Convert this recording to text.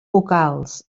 vocals